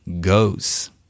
goes